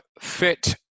fit